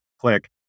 click